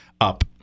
up